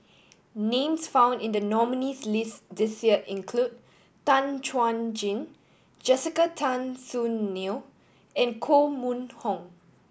names found in the nominees' list this year include Tan Chuan Jin Jessica Tan Soon Neo and Koh Mun Hong